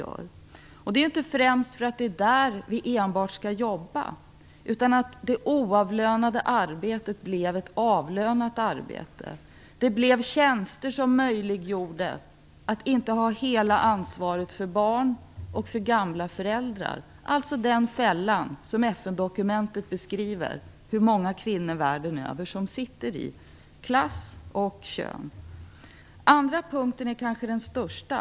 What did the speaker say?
Det beror inte i första hand på att det enbart är där vi skall jobba, utan det har att göra med att det oavlönade arbetet blev ett avlönat arbete, det blev tjänster som gjorde att kvinnor inte behövde ha hela ansvaret för barn och gamla föräldrar, alltså den fälla som FN-dokumentet beskriver att många kvinnor världen över sitter i. Det handlar om klass och kön. Den andra punkten är kanske den viktigaste.